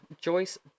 Joyce